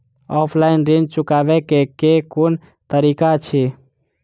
Offline ऋण चुकाबै केँ केँ कुन तरीका अछि?